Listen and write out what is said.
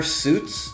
suits